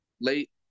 Late